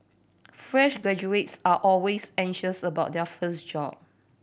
fresh graduates are always anxious about their first job